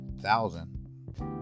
thousand